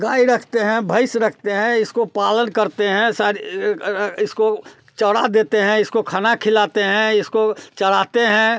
गाय रखते हैं भैस रखते हैं इसको पालन करते हैं सारे इसको चरा देते हैं इसको खाना खिलाते हैं इसको चराते हैं